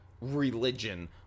religion